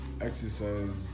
exercise